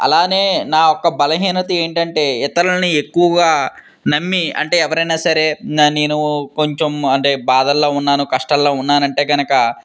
అలానే నా యొక్క బలహీనత ఏంటంటే ఇతరుల్ని ఎక్కువగా నమ్మి అంటే ఎవరైనా సరే నేను కొంచెం అంటే బాధల్లో ఉన్నాను కష్టాల్లో ఉన్నానంటే కనుక